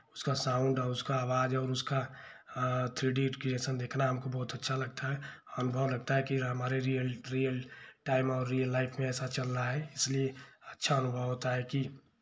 उसका साउण्ड और उसका आवाज और उसका थ्री डी क्रिएशन देखना हमको बहुत अच्छा लगता है अनुभव लगता है कि हमारे लिए रीयल रीयल टाइम और रीयल लाइफ में ऐसा चल रहा है अच्छा अनुभव होता है कि